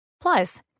Plus